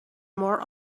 more